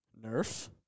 Nerf